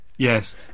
Yes